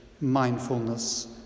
mindfulness